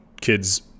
kids